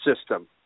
system